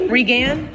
Regan